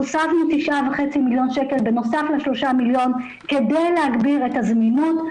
הוספנו 9.5 מיליון שקל בנוסף ל-3 מיליון כדי להגדיל את הזמינות.